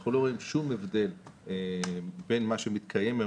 אנחנו לא רואים שום הבדל בין מה שמתקיים היום,